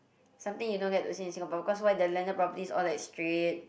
something you don't get to see in Singapore because why the landed properties all like straight